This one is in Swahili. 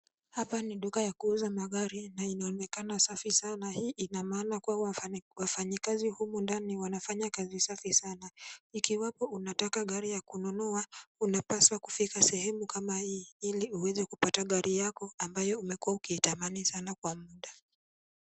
Hapa ni duka ya kuuza gari na inaonekana safi sana. Hii ina maana wafanyikazi kazi humu ndani wanafanya kazi safi sana. Ikiwepo unataka gari ya kununua unapaswa kufika sehemu kama hii ili uweze kupata gari yako ambayo umekuwa ukiitamani sana kwa muda.